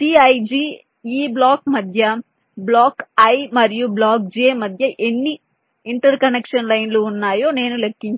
Cij ఈ block మధ్య block i మరియు బ్లాక్ j మధ్య ఎన్ని ఇంటర్ కనెక్షన్ లైన్లు ఉన్నాయో నేను లెక్కించాను